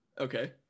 Okay